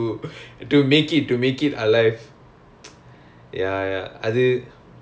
oh ya ya ya because